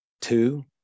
Two